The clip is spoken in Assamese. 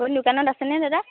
আপুনি দোকানত আছেনে দাদা